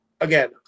again